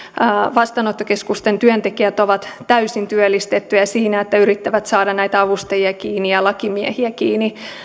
vastaanottokeskusten työntekijät ovat täysin työllistettyjä siinä että yrittävät saada näitä avustajia kiinni ja lakimiehiä kiinni